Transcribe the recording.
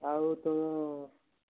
ଆଉ ତମ